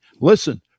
Listen